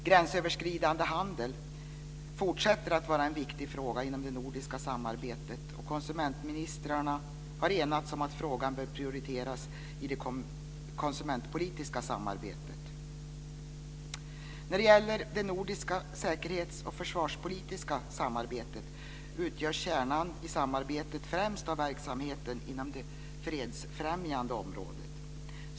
Gränsöverskridande handel fortsätter att vara en viktig fråga inom det nordiska samarbetet, och konsumentministrarna har enats om att frågan bör prioriteras i det konsumentpolitiska samarbetet. När det gäller det nordiska säkerhets och försvarspolitiska samarbetet utgörs kärnan i samarbetet främst av verksamheten inom det fredsfrämjande området.